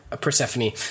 Persephone